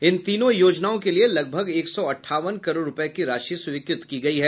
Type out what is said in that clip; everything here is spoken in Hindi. इन तीनों योजनाओं के लिये लगभग एक सौ अठावन करोड़ रूपये की राशि स्वीकृत की गयी है